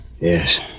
Yes